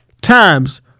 Times